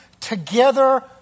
together